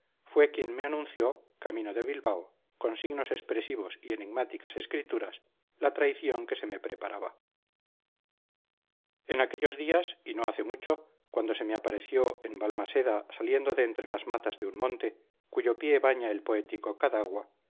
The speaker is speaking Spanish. fue quien me anunció camino de bilbao con signos expresivos y enigmáticas escrituras la traición que se me preparaba en aquellos días y no hace mucho cuando se me apareció en balmaseda saliendo de entre las matas de un monte cuyo pie baña el poético cadagua